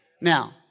Now